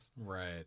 Right